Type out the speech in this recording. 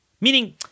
Meaning